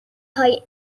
های